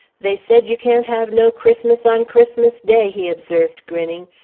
they said you can't have no christmas on christmas day, he observed, grinning,